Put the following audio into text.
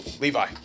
Levi